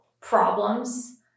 problems